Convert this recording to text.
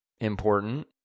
important